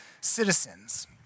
Citizens